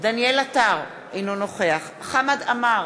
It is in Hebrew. דניאל עטר, אינו נוכח חמד עמאר,